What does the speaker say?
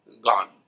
gone